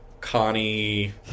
Connie